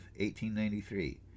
1893